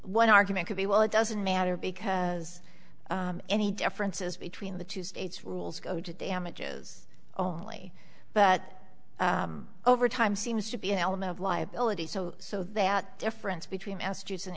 one argument could be well it doesn't matter because any differences between the two states rules go to damage is only but over time seems to be an element of liability so so that difference between mast